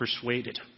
persuaded